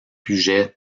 puget